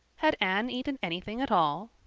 had anne eaten anything at all?